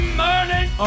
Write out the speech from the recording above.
morning